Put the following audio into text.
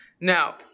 Now